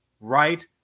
right